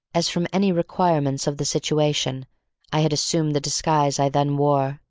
as from any requirements of the situation i had assumed the disguise i then wore.